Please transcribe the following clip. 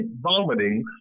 vomiting